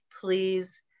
please